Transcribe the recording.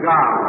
God